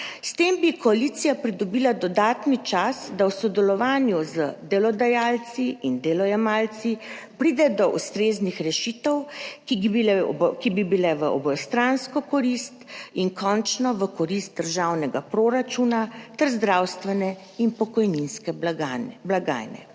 S tem bi koalicija pridobila dodatni čas, da v sodelovanju z delodajalci in delojemalci pride do ustreznih rešitev, ki bi bile v obojestransko korist in končno v korist državnega proračuna ter zdravstvene in pokojninske blagajne.